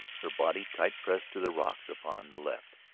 her body tight pressed to the rocks upon the left,